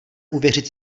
uvěřit